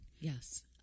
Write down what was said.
Yes